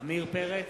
עמיר פרץ,